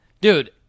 Dude